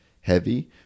heavy